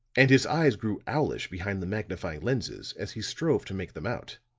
and his eyes grew owlish behind the magnifying lenses as he strove to make them out.